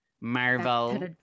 Marvel